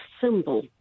symbol